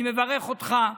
אני מברך אותך,